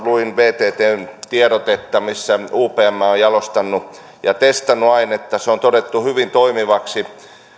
luin vttn tiedotetta missä upm on on jalostanut ja testannut ainetta se on todettu hyvin toimivaksi